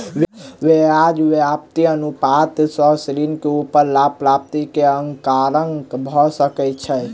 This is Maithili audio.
ब्याज व्याप्ति अनुपात सॅ ऋण के ऊपर लाभ प्राप्ति के आंकलन भ सकै छै